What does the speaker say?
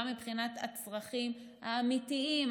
גם מבחינת הצרכים האמיתיים,